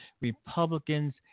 Republicans